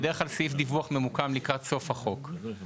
בדרך כלל סעיף דיווח ממוקם לקראת סוף החוק.